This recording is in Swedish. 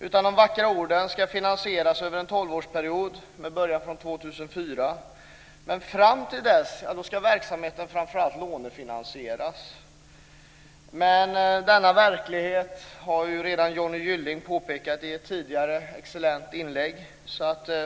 De vackra orden ska finansieras över en tolvårsperiod med början från 2004. Fram till dess ska verksamheten framför allt lånefinansieras. Men denna verklighet har Johnny Gylling redan redogjort för i ett tidigare inlägg.